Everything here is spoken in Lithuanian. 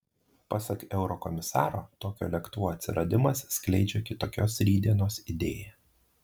pasak eurokomisaro tokio lėktuvo atsiradimas skleidžia kitokios rytdienos idėją